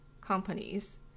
companies